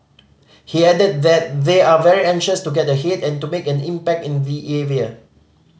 he added that they are very anxious to get ahead and to make an impact in their area